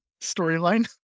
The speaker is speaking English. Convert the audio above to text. storyline